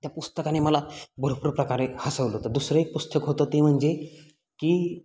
त्या पुस्तकाने मला भरपूर प्रकारे हसवलं होतं दुसरं एक पुस्तक होतं ते म्हणजे की